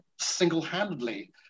single-handedly